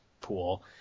pool